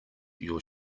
your